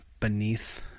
beneath